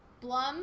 Blum